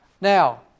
Now